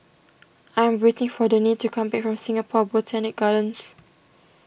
I am waiting for Danae to come back from Singapore Botanic Gardens